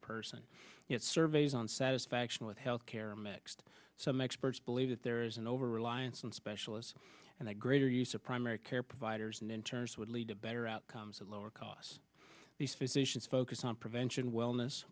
person surveys on satisfaction with health care mixed some experts believe that there is an over reliance on specialists and the greater use of primary care providers and in terms would lead to better outcomes at lower costs these physicians focus on prevention wellness